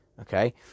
okay